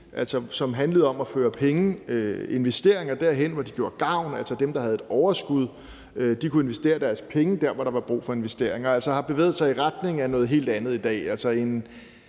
som handlede om at føre penge og investeringer derhen, hvor de gjorde gavn – altså at dem, der havde et overskud, kunne investere deres penge der, hvor der var brug for investeringer – til at have bevæget sig i retning af noget helt andet i dag.